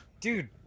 dude